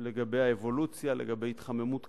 לגבי האבולוציה, לגבי התחממות כדור-הארץ,